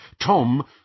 Tom